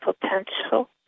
potential